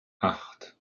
acht